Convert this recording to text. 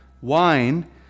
wine